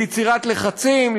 ליצירת לחצים,